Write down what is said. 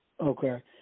Okay